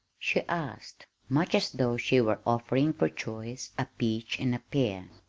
she asked, much as though she were offering for choice a peach and a pear.